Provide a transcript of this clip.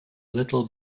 little